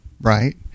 right